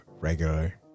regular